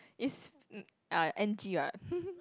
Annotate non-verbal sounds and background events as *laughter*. it's n~ uh N_G [what] *laughs*